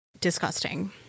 Disgusting